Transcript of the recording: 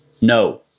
no